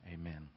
Amen